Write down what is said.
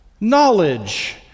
knowledge